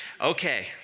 Okay